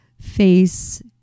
face